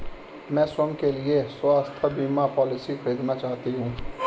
मैं स्वयं के लिए स्वास्थ्य बीमा पॉलिसी खरीदना चाहती हूं